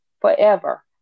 forever